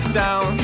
down